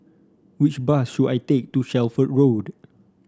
which bus should I take to Shelford Road